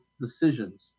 decisions